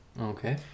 Okay